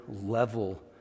level